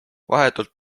vahetult